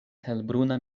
helbruna